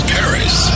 Paris